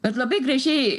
vat labai gražiai